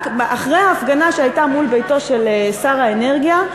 אחרי ההפגנה שהייתה מול ביתו של שר האנרגיה,